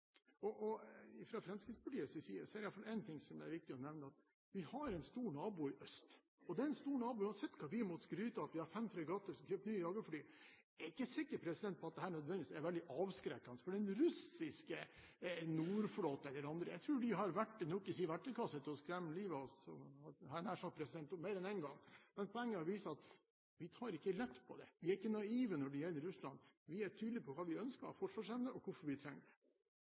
nylig diskutert nordområdene. Fra Fremskrittspartiets side er det i hvert fall én ting som er viktig å nevne: Vi har en stor nabo i øst, og den store naboen har sett at vi har skrytt av at vi har fem fregatter, og at vi har kjøpt nye jagerfly. Jeg er ikke sikker på at dette nødvendigvis er veldig avskrekkende for den russiske nordflåten eller andre. Jeg tror de har verktøy nok i sin verktøykasse til å skremme livet av oss – hadde jeg nær sagt – mer enn én gang. Poenget er å vise at vi tar ikke lett på det. Vi er ikke naive når det gjelder Russland. Vi er tydelige på hva vi ønsker av forsvarsevne, og hvorfor vi trenger det.